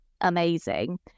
amazing